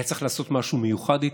היה צריך לעשות משהו מיוחד איתם?